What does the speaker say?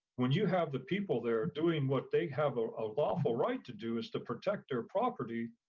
when you have the people there, doing what they have ah a lawful right to do, is to protect their property,